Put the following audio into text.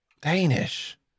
Danish